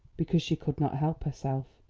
because she could not help herself.